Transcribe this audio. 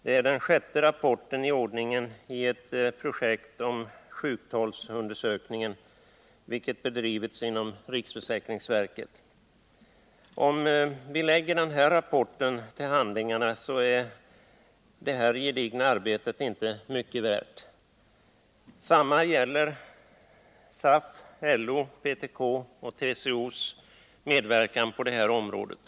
Det är den sjätte rapporten i ordningen i projektet sjuktalsundersökningen, vilket bedrivits imom riksförsäkringsverket. Om vi lägger den här rapporten till handlingarna, är detta gedigna arbete inte mycket värt. Samma sak gäller SAF:s, LO:s, PTK:s och TCO:s medverkan på det här området.